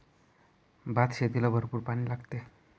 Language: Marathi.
भातशेतीला भरपूर पाणी लागते